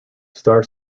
star